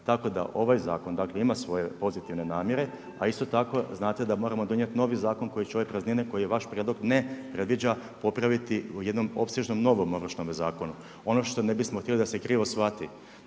Tako da ovaj zakon, dakle, ima svoje pozitivne namjere, a isto tako znate da moramo donijeti novi zakon, koji …/Govornik se ne razumije./… koji je vaš prijedlog ne predviđa popraviti u jednom opsežnom, novom ovršnome zakonu. Ono što ne bismo htjeli da se krivo shvati,